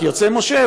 כי יוצא משה,